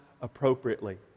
appropriately